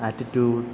attitude